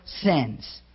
sins